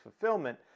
fulfillment